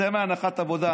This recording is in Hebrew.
צא מהנחת עבודה,